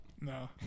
No